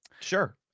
Sure